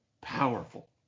powerful